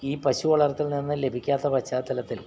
ഈ പശു വളർത്തലിൽ നിന്ന് ലഭിക്കാത്ത പശ്ചാത്തലത്തിൽ